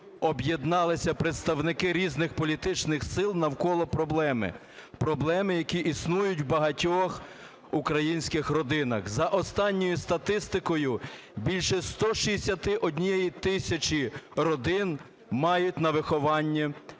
об'єдналися представники різних політичних сил навколо проблеми, проблеми, яка існує в багатьох українських родинах. За останньою статистикою, більше 161 тисячі родин мають на вихованні